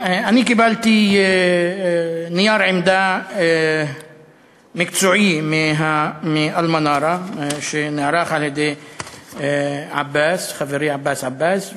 אני קיבלתי נייר עמדה מקצועי מ"אלמנארה" שנערך על-ידי חברי עבאס עבאס,